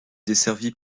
desservie